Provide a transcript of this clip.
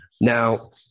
Now